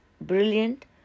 brilliant